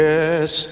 Yes